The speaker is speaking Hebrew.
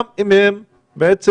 גם אם הם קיימו את הכול.